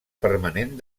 permanent